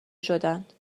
شدند